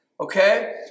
okay